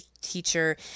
teacher